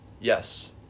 Yes